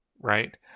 right